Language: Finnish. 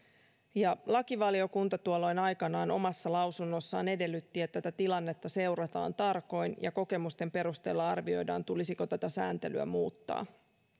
lakivaliokunta tuolloin aikanaan omassa lausunnossaan edellytti että tätä tilannetta seurataan tarkoin ja kokemusten perusteella arvioidaan tulisiko tätä sääntelyä muuttaa